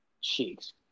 cheeks